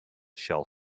shall